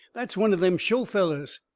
that's one of them show fellers!